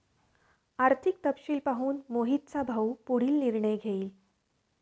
आर्थिक तपशील पाहून मोहितचा भाऊ पुढील निर्णय घेईल